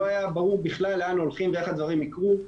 לא היה ברור בכלל לאן הולכים ואיך הדברים יקרו,